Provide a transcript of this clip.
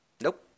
Nope